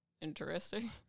interesting